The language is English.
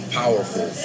powerful